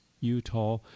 Utah